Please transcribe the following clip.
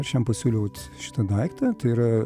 aš jam pasiūliau šitą daiktą tai yra